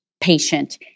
patient